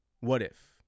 what-if